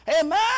amen